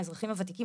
מהאזרחים הוותיקים,